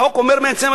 החוק אומר בעצם,